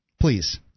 Please